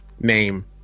name